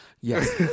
Yes